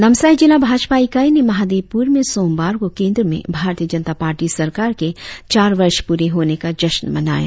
नामसाई जिला भाजपा इकाई ने महादेवपुर में सोमवार को केंद्र में भारतीय जनता पार्टी सरकार के चार वर्ष पूरे होने का जश्न मनाया